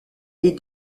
est